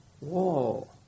Whoa